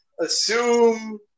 assume